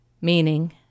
meaning